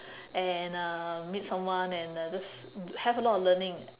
and uh meet someone and uh just have a lot of learning